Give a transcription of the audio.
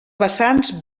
vessants